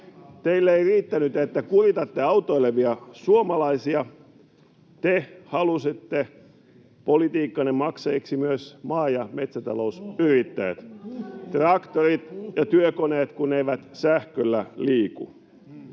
Teille ei riittänyt, että kuritatte autoilevia suomalaisia. Te halusitte politiikkanne maksajiksi myös maa‑ ja metsätalousyrittäjät, traktorit ja työkoneet kun eivät sähköllä liiku.